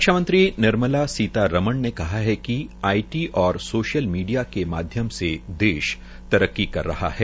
रक्षा मंत्री निर्मला सीता रमण ने कहा है कि आईटी और सोशल मीडिया के माध्यम से देश तरक्की कर रहा है